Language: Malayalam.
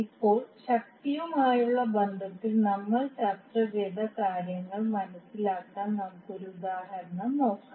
ഇപ്പോൾ ശക്തിയുമായുള്ള ബന്ധത്തിൽ നമ്മൾ ചർച്ച ചെയ്ത കാര്യങ്ങൾ മനസിലാക്കാൻ നമുക്ക് ഒരു ഉദാഹരണം നോക്കാം